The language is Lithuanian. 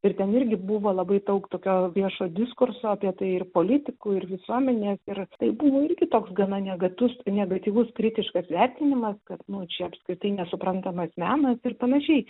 ir ten irgi buvo labai daug tokio viešo diskurso apie tai ir politikų ir visuomenė ir tai buvo irgi toks gana negatus negatyvus kritiškas vertinimas kad nu čia apskritai nesuprantamas menas ir panašiai